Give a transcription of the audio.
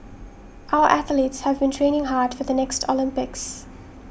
our athletes have been training hard for the next Olympics